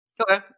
Okay